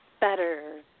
better